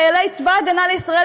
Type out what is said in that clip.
חיילי צבא הגנה לישראל,